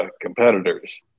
competitors